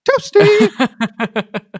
Toasty